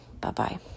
Bye-bye